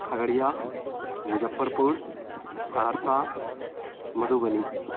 Khagaria Muzaffarpur Saharsa Madhubani